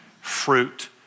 fruit